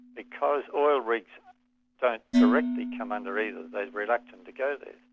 because oil-rigs don't directly come under either, they're reluctant to go there.